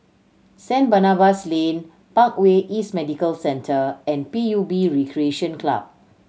Saint Barnabas Lane Parkway East Medical Centre and P U B Recreation Club